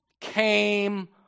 came